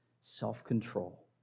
self-control